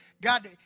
God